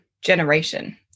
generation